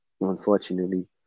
unfortunately